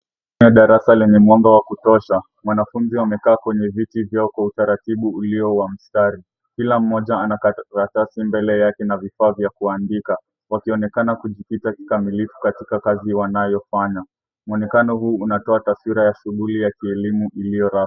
Darasa lenye mwanga wa kutosha, wanafunzi wamekaa kwenye viti vyao kwa utaratibu ulio wa mstari. Kila mmoja ana karatasi mbele yake na vifaa vya kuandika wakionekana kujikita kikamilifu katika kazi wanayofanya. Mwonekano huu unatoa taswira ya shuguli ya kielimu iliyorasmi.